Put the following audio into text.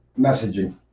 messaging